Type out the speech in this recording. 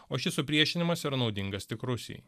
o šis supriešinimas yra naudingas tik rusijai